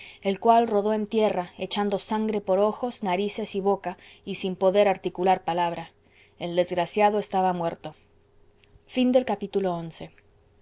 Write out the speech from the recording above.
el cual rodó en tierra echando sangre por ojos narices y boca y sin poder articular palabra el desgraciado estaba muerto xii tres o